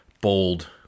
bold